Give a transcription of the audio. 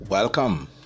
Welcome